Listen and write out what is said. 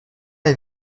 est